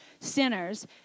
sinners